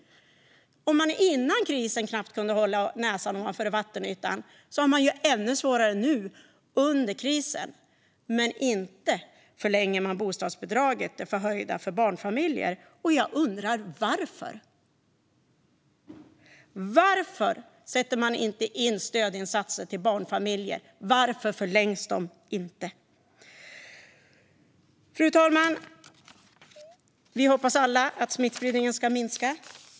Om man före krisen knappt kunde hålla näsan ovanför vattenytan har man det ju ännu svårare nu under krisen. Men det förhöjda bostadsbidraget för barnfamiljer förlängs inte. Jag undrar varför. Varför sätter man inte in stödinsatser till barnfamiljer? Varför förlängs de inte? Fru talman! Vi hoppas alla att smittspridningen ska minska.